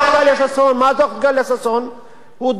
הוא דוח גרוע, יש לי חדשות בשבילך.